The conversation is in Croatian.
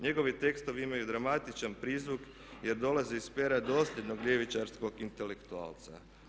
Njegovi tekstovi imaju dramatičan prizvuk jer dolaze iz pera dosljednog ljevičarskog intelektualca.